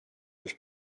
els